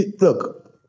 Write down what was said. Look